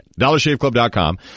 DollarShaveClub.com